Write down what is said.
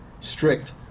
strict